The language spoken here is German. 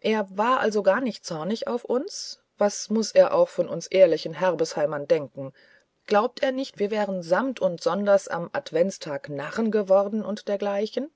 er war also gar nicht zornig auf uns was muß er auch von uns ehrlichen herbesheimern denken glaubte er nicht wir wären samt und sonders am adventstag narren geworden und dergleichen